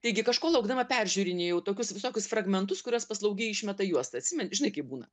taigi kažko laukdama peržiūrinėjau tokius visokius fragmentus kuriuos paslaugiai išmeta juosta atsimeni žinai kaip būna